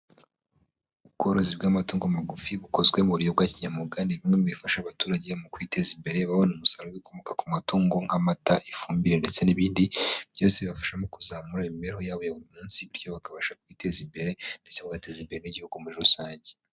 Ubworozi bw'amatungo magufi bukozwe mu buryo bwa kinyamwuga, ni bimwe mu bifasha abaturage mu kwiteza imbere babona umusaruro w'ibikomoka ku matungo nk'amata, ifumbire ndetse n'ibindi, byose bibafasha mu kuzamura imibereho yabo ya buri munsi bityo bakabasha kwiteza imbere ndetse bagateza imbere n'igihugu muri rusange.